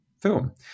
film